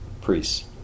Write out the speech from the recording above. priests